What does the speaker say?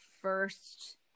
first